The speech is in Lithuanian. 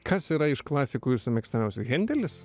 kas yra iš klasikų jūsų mėgstamiausia hendelis